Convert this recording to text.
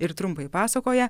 ir trumpai pasakoja